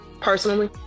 personally